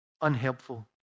unhelpful